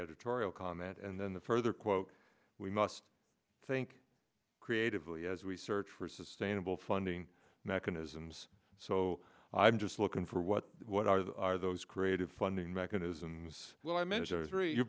editorial comment and then the further quote we must think creatively as we search for sustainable funding mechanisms so i'm just looking for what what are the are those creative funding mechanisms